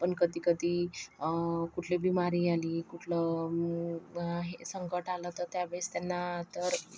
पण कधी कधी कुठली बीमारी आली कुठलं हे संकट आलं तर त्यावेळेस त्यांना तर